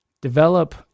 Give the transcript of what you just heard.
Develop